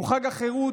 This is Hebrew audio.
הוא חג החירות,